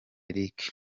eric